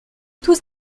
tous